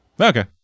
Okay